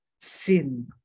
sin